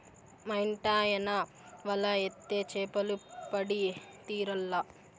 మా ఇంటాయన వల ఏత్తే చేపలు పడి తీరాల్ల